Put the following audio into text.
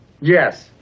Yes